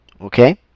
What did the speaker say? Okay